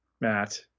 Matt